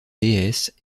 déesse